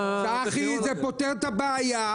צחי, זה פותר את הבעיה.